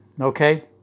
okay